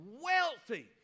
wealthy